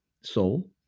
Soul